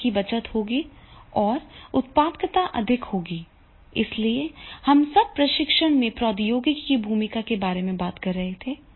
लागत की बचत होगी और उत्पादकता अधिक होगी इसलिए यह सब प्रशिक्षण में प्रौद्योगिकी की भूमिका के बारे में है